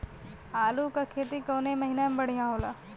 आलू क खेती कवने महीना में बढ़ियां होला?